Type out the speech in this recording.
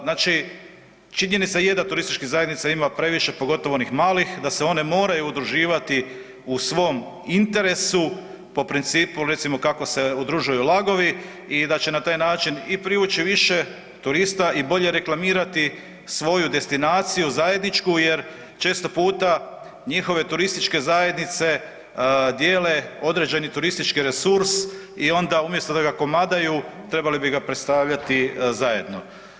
Znači činjenica je da turističkih zajednica ima previše, pogotovo onih malih, da se one moraju udruživati u svom interesu po principu recimo, kako se udružuju LAG-ovi i da će na taj način i privući više turista i bolje reklamirati svoju destinaciju zajedničku jer često puta njihove turističke zajednice dijele određeni turistički resurs i onda umjesto da ga komadaju, trebali bi ga predstavljati zajedno.